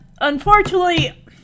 unfortunately